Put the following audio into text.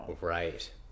Right